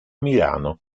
milano